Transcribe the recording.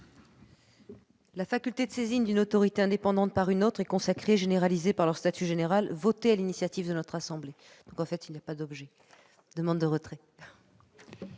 La faculté de saisine d'une autorité indépendante par une autre est consacrée et généralisée par leur statut général, voté sur l'initiative de notre assemblée. L'amendement étant sans objet, j'en demande le retrait.